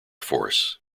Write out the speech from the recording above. force